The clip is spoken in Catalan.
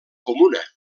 comuna